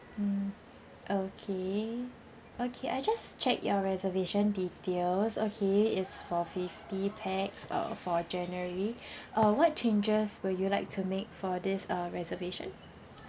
mm okay okay I just checked your reservation details okay is for fifty pax uh for january uh what changes were you like to make for this uh reservation